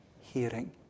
hearing